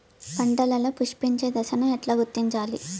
పంటలలో పుష్పించే దశను ఎట్లా గుర్తించాలి?